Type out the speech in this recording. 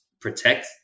protect